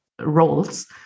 roles